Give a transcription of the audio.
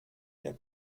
der